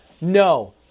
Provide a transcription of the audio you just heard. No